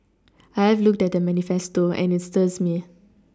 I looked at the manifesto and it stirs me